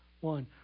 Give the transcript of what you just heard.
One